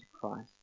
Christ